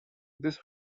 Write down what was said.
this